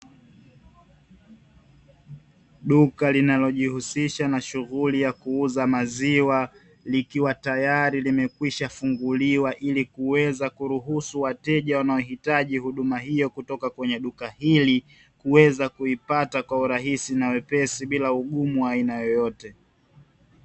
Duka linalojihusisha na shughuli ya kuuza maziwa likiwa tayari limekwisha funguliwa ili kuweza kuruhusu wateja wanaohitaji huduma hiyo kutoka kwenye duka hili, kuweza kuipata kwa urahisi na wepesi bila ugumu wa aina yeyote.